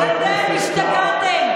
אתם השתגעתם.